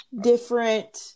different